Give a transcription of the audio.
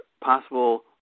possible